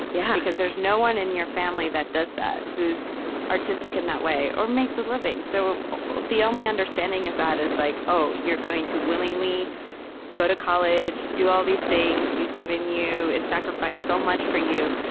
yeah because there's no one in your family that does that, who's artistic in that way or makes a living. so the only understanding of that is, like oh, you're going to willingly go to college, do all these things we've given you and sacrificed so much for you,